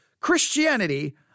Christianity